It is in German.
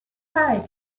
hei